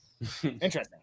Interesting